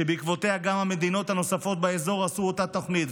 שבעקבותיה גם המדינות הנוספות באזור עשו את אותה התוכנית,